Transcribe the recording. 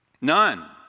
None